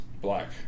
black